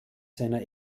seiner